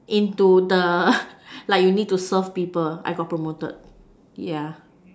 into the like you need to serve people I got promoted yeah